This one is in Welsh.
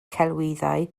celwyddau